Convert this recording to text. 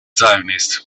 zionist